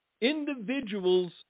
individuals